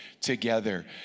together